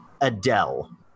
Adele